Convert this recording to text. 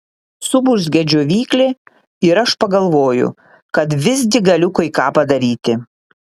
suburzgia džiovyklė ir aš pagalvoju kad visgi galiu kai ką padaryti